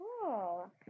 cool